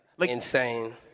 Insane